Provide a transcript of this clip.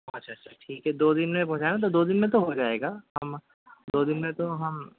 اچھا اچھا ٹھیک ہے دو دِن میں پہنچانا ہے تو دِن میں تو ہو جائے گا ہم دو دِن میں تو ہم